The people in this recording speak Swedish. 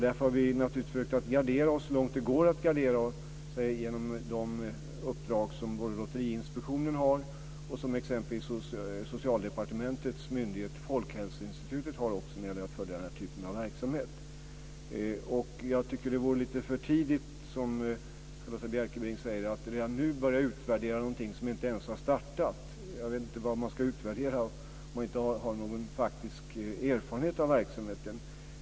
Därför har vi försökt gardera oss, så långt det går att gardera sig, genom de uppdrag som Lotteriinspektionen och exempelvis Socialdepartementets myndighet Folkhälsoinstitutet har när det gäller att följa denna typ av verksamhet. Det vore lite för tidigt att som Charlotta L Bjälkebring säger redan nu börja utvärdera någonting som inte ens har startat. Jag vet inte vad man ska utvärdera om man inte har någon faktiskt erfarenhet av verksamheten.